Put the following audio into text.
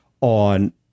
on